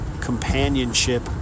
companionship